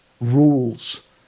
rules